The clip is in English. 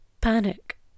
panic